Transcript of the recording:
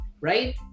right